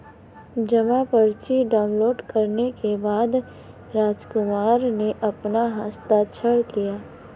जमा पर्ची डाउनलोड करने के बाद रामकुमार ने अपना हस्ताक्षर किया